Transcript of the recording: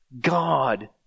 God